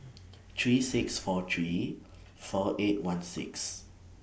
three six four three four eight one six